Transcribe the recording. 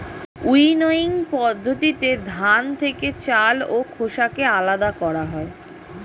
winnowing পদ্ধতিতে ধান থেকে চাল ও খোসাকে আলাদা করা হয়